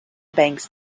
banks